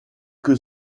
que